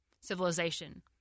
civilization